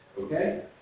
Okay